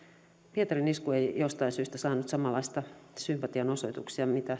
pietarin isku ei jostain syystä saanut samanlaisia sympatian osoituksia kuin mitä